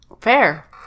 Fair